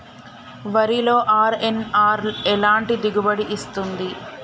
వరిలో అర్.ఎన్.ఆర్ ఎలాంటి దిగుబడి ఇస్తుంది?